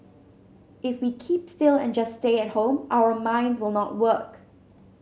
if we keep still and just stay at home our minds will not work